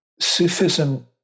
Sufism